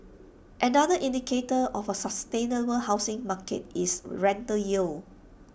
another indicator of A sustainable housing market is rental yield